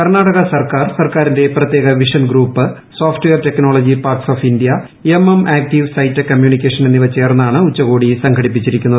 കർണാടക സർക്കാർ സർക്കാറിന്റെ പ്രത്യേക vision group software technology parks of India MM active sci tech communication എന്നിവ ചേർന്നാണ് ഉച്ചകോടി സംഘടിപ്പിച്ചിരിക്കുന്നത്